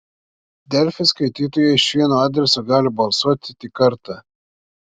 delfi skaitytojai iš vieno adreso gali balsuoti tik kartą